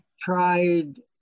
tried